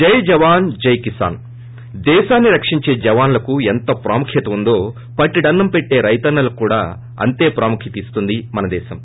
జై జవాన్ జై కిసాన్ దేశాన్ని రక్షించే జవానులకు ఎంత ప్రాముఖ్యత ఉందో పట్టెడన్పం పెట్టే రైతన్పలకు అంతే ప్రాముఖ్యత ఇస్తుంది మన దేశం